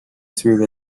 through